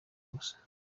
gusa